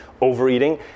overeating